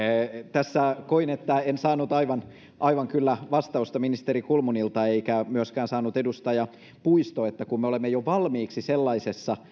tässä koin että en aivan saanut kyllä vastausta ministeri kulmunilta eikä saanut myöskään edustaja puisto me olemme jo valmiiksi sellaisessa